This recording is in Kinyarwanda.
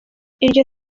iryo